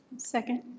second.